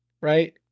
right